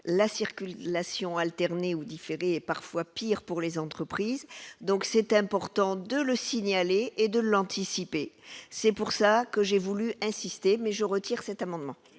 la lation alternée ou différé parfois pire pour les entreprises, donc c'est important de le signaler et de l'anticiper, c'est pour ça que j'ai voulu insister mais je retire cet amendement.